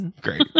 Great